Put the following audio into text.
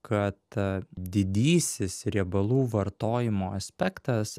kad didysis riebalų vartojimo aspektas